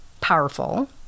powerful